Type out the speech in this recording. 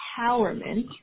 empowerment